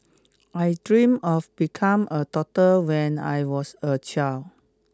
I dream of become a doctor when I was a child